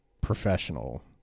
professional